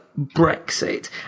Brexit